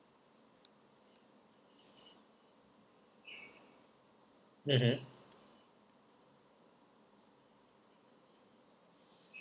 mmhmm